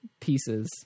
pieces